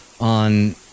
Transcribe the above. on